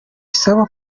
isaba